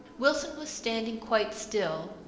wilson was standing quite still,